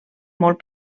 molt